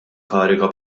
kariga